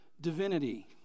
divinity